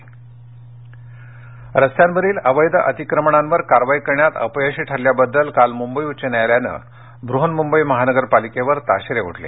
उच्च न्यायालय रस्त्यावरील अवैध अतिक्रमणावर कारवाई करण्यात अपयशी ठरल्याबद्दल काल मुंबई उच्च न्यायालयानं ब्रहन् मुंबई महापालिकेवर ताशेरे ओढले